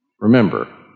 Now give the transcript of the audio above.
remember